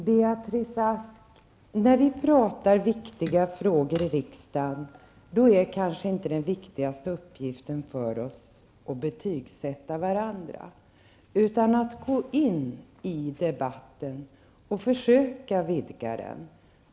Herr talman! Beatrice Ask, när vi pratar om viktiga frågor i riksdagen är kanske inte den viktigaste uppgiften för oss att betygsätta varandra, utan att gå in i debatten och försöka vidga den.